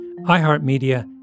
iHeartMedia